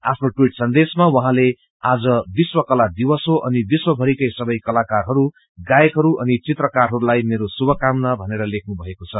आफ्नो टवीट सन्देशमा उहाँले आज विश्व कला दिवस हो अनि विश्व भरिकै सबै कलाकारहरू गायकहरू अनि चित्रमारहरूलाई मेरो शुभकामना भनेर लेख्नुमएको छ